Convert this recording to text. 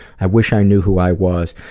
i wish i knew who i was.